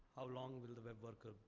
ah long will the web worker,